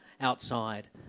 outside